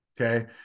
Okay